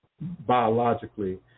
biologically